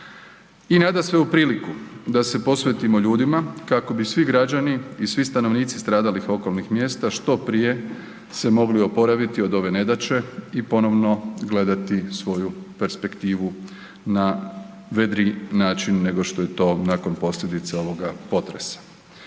I nadasve u priliku da se posvetimo ljudima kako bi svi građani i svi stanovnici stradalih okolnih mjesta što prije se mogli oporaviti od ove nedaće i ponovno gledati svoju perspektivu na vedriji način nego što je to nakon posljedice ovoga potresa.